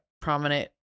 prominent